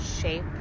shape